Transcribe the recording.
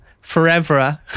Forever